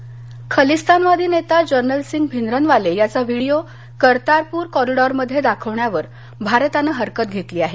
कर्तारपर खलिस्तानवादी नेता जर्नेलसिंग भिंद्रनवाले याचा व्हिडीओ कर्तारपूर कॉरिडॉरमध्ये दाखवण्यावर भारतानं हरकत घेतली आहे